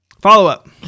Follow-up